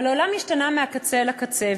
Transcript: אבל העולם השתנה מהקצה אל הקצה,